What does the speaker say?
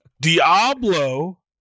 Diablo